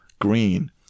green